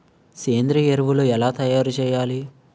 సేంద్రీయ ఎరువులు ఎలా తయారు చేయాలి?